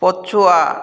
ପଛୁଆ